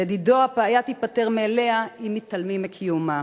לדידו הבעיה תיפתר מאליה אם מתעלמים מקיומה.